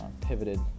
pivoted